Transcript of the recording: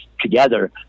together